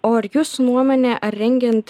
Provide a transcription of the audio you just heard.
o ar jūsų nuomone ar rengiant